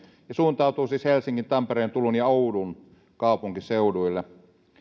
ja suuntautuu siis helsingin tampereen turun ja oulun kaupunkiseuduille